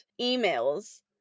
emails